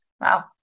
wow